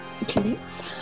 please